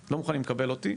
והם לא מוכנים לקבל אותי.